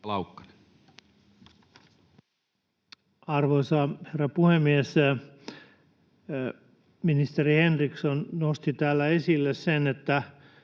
Arvoisa herra puhemies! Ministeri Henriksson nosti täällä esille sen,